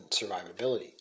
survivability